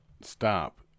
stop